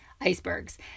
icebergs